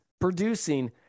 producing